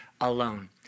alone